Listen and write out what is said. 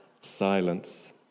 silence